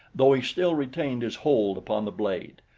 though he still retained his hold upon the blade.